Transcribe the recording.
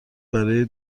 برای